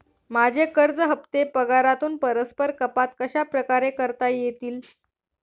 माझे कर्ज हफ्ते पगारातून परस्पर कपात कशाप्रकारे करता येतील?